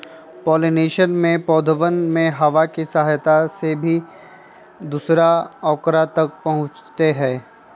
pollination में पौधवन में हवा के सहायता से भी दूसरा औकरा तक पहुंचते हई